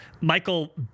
Michael